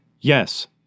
Yes